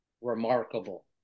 remarkable